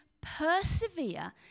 persevere